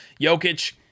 Jokic